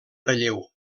relleu